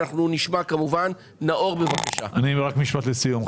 רק משפט לסיום.